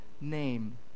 name